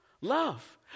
love